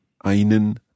Einen